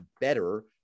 better